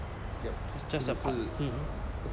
just a part mm